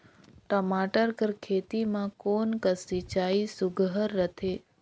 टमाटर कर खेती म कोन कस सिंचाई सुघ्घर रथे?